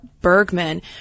bergman